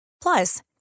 Plus